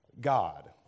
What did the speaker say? God